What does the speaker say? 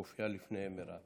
כי הוא הופיע לפני מירב,